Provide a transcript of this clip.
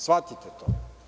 Shvatite to.